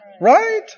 right